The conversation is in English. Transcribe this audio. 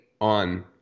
on